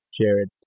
Jared